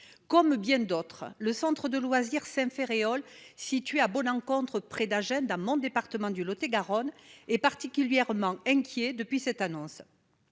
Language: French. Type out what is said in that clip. Comme bien d'autres, le centre de loisirs Saint-Ferréol, situé à Bon-Encontre, près d'Agen, dans mon département du Lot-et-Garonne, est inquiet depuis cette annonce.